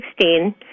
2016